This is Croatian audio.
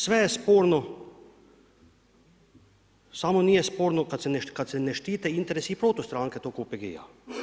Sve je sporno samo nije sporno kad se ne štite interesi i protustranke tog OPG-a.